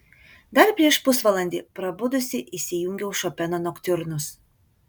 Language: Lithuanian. dar prieš pusvalandį prabudusi įsijungiau šopeno noktiurnus